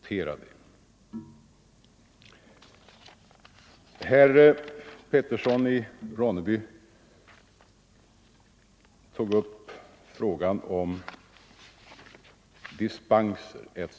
Sedan tog herr Petersson i Ronneby upp frågan om dispenser.